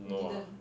no ah